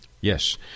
Yes